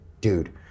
dude